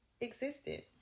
Existed